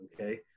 Okay